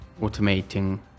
automating